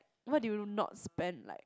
what do you not spend like